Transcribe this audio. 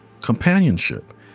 companionship